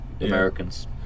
americans